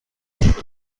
وجود